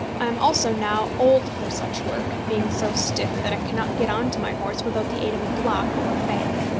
i am also now old for such work, being so stiff that i cannot get on to my horse without the aid of a block or a bank.